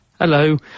Hello